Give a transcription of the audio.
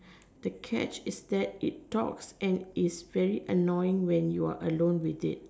the catch is that it talks and very annoying when you're alone with it